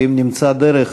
ואם נמצא דרך